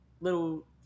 little